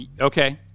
Okay